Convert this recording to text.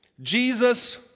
Jesus